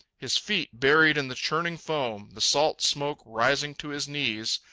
his feet buried in the churning foam, the salt smoke rising to his knees,